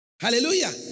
Hallelujah